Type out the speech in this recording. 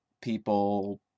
people